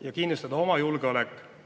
ja kindlustada oma julgeolek